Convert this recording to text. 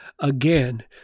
again